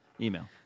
email